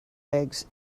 eggs